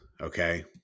okay